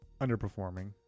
underperforming